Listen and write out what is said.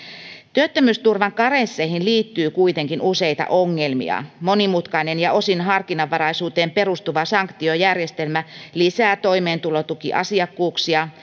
työttömyysturvan karensseihin liittyy kuitenkin useita ongelmia monimutkainen ja osin harkinnanvaraisuuteen perustuva sanktiojärjestelmä lisää toimeentulotukiasiakkuuksia